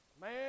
Man